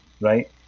right